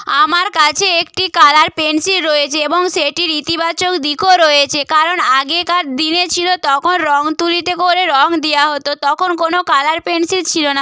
আমার কাছে একটি কালার পেনসিল রয়েছে এবং সেটির ইতিবাচক দিকও রয়েছে কারণ আগেকার দিনে ছিলো তখন রঙ তুলিতে করে রঙ দেওয়া হতো তখন কোনো কালার পেনসিল ছিলো না